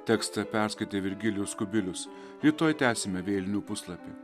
tekstą perskaitė virgilijus kubilius rytoj tęsime vėlinių puslapį